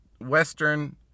Western